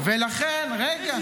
--- רגע.